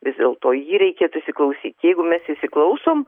vis dėlto į jį reikėtų įsiklausyt jeigu mes įsiklausom